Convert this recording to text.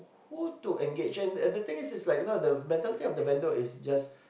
who to engage and the thing is like the mentality if the vendor is just